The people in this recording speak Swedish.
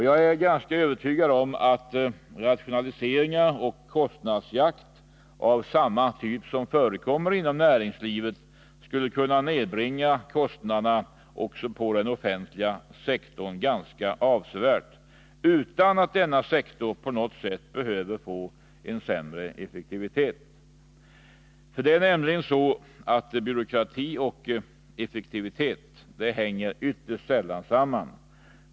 Jag blir ganska övertygad om att rationaliseringar och kostnadsjakt av samma typ som förekommer inom näringslivet skulle kunna nedbringa kostnaderna också på den offentliga sektorn ganska avsevärt, utan att denna sektor på något sätt behöver få sämre effektivitet. Det är nämligen så att byråkrati och effektivitet ytterst sällan hänger samman.